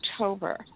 October